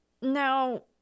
now